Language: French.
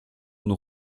nous